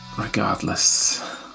Regardless